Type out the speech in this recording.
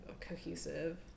cohesive